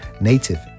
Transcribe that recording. native